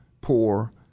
poor